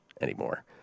anymore